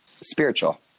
spiritual